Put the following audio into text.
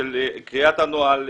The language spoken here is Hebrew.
קריאת הנוהל,